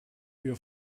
uur